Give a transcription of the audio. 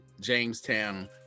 Jamestown